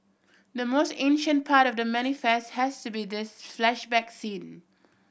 the most ancient part of The Manifest has to be this flashback scene